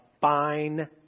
fine